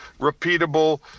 repeatable